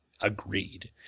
Agreed